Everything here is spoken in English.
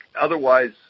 otherwise